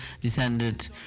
descended